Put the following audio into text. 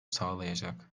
sağlayacak